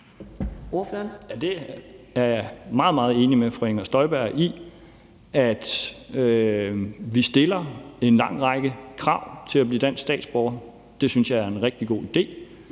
Inger Støjberg i, nemlig at vi stiller en lang række krav for at blive dansk statsborger. Det synes jeg er en rigtig god idé.